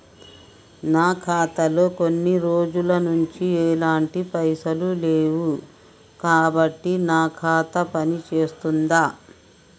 నా ఖాతా లో కొన్ని రోజుల నుంచి ఎలాంటి పైసలు లేవు కాబట్టి నా ఖాతా పని చేస్తుందా?